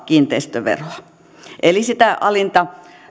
kiinteistöveroa eli sitä alinta